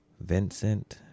vincent